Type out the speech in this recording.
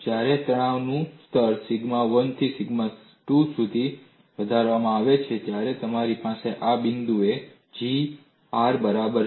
જ્યારે તણાવનું સ્તર સિગ્મા 1 થી સિગ્મા 2 સુધી વધારવામાં આવે છે ત્યારે તમારી પાસે આ બિંદુએ G R બરાબર છે